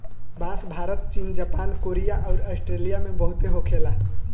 बांस भारत चीन Japan Korea अउर आस्ट्रेलिया में बहुते होखे ला